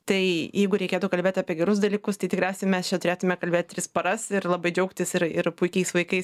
tai jeigu reikėtų kalbėt apie gerus dalykus tai tikriausiai mes čia turėtume kalbėt tris paras ir labai džiaugtis ir ir puikiais vaikais